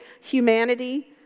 humanity